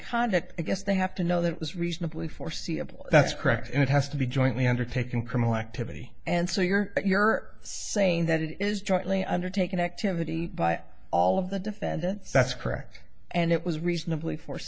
conduct i guess they have to know that it was reasonably foreseeable that's correct and it has to be jointly undertaken criminal activity and so you're you're saying that is jointly undertaken activity by all of the defendants that's correct and it was reasonably for